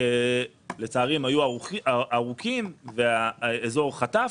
לצערי, הם היו ארוכים והאזור חטף,